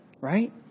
Right